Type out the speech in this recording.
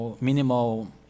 minimal